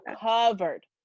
Covered